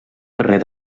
carrer